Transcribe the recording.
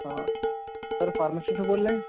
ہاں sir pharmacy سے بول رہے ہیں